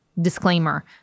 disclaimer